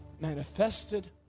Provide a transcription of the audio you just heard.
manifested